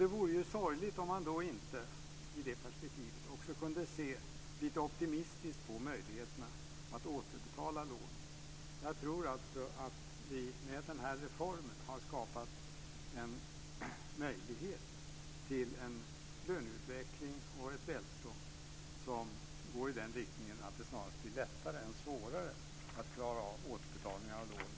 Det vore ju sorgligt om man i det perspektivet inte också kunde se lite optimistiskt på möjligheterna att återbetala lån. Jag tror att vi med den här reformen har skapat en möjlighet till en löneutveckling och ett välstånd som går i den riktningen att det snarast blir lättare än svårare att klara återbetalningarna av lånen.